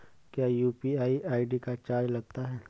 क्या UPI ID का charge लगता है?